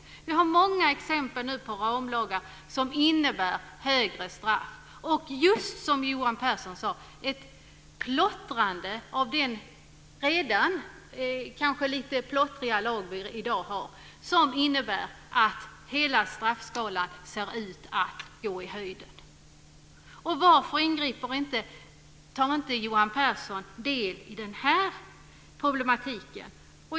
Jag har många exempel på ramlagar som innebär strängare straff och just det som Johan Pehrson sade, nämligen ett plottrande av den redan kanske lite plottriga lag som vi i dag har. Detta innebär att hela straffskalan ser ut att gå i höjden. Varför tar inte Johan Pehrson del av den här problematiken?